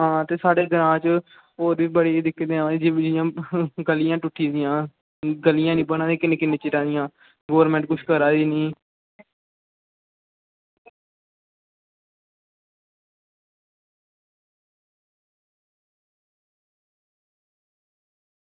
आं ते साढ़े ग्रां च होर बी बड़ी दिक्कत आवा दी गल्लियां टुट्टी दियां निक्की निक्की गलियां गौरमेंट कुछ करा दी निं ऐ